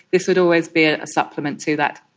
this would always be ah a supplement to that.